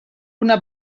una